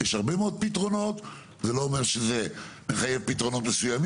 יש המון פתרונות וזה לא מחייב פתרון מסוים